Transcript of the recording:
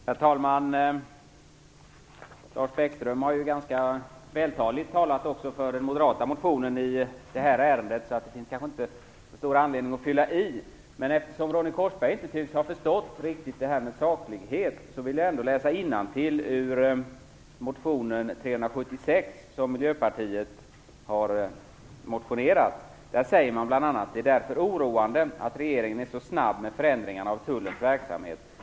Herr talman! Lars Bäckström har ganska vältaligt talat också för den moderata motionen i det här ärendet. Det finns därför kanske inte så stor anledning att fylla i. Men eftersom Ronny Korsberg inte riktigt tycks ha förstått detta med saklighet vill jag läsa innantill ur motionen Sk677, som Miljöpartiet har väckt. Där säger man bl.a.:" Det är därför oroande att regeringen är så snabb med förändringarna av tullens verksamhet.